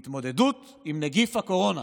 להתמודדות עם נגיף הקורונה.